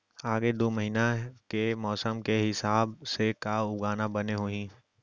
आगे दू महीना के मौसम के हिसाब से का उगाना बने होही?